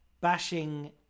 bashing